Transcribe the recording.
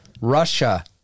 Russia